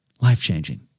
Life-changing